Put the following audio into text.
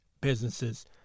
businesses